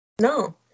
no